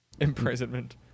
imprisonment